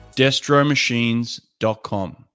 DestroMachines.com